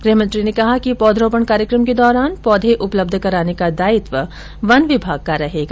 गृहमंत्री ने कहा कि पौधरोपण कार्यक्रम के दौरान पौधे उपलब्ध कराने का दायित्व वन विभाग का रहेगा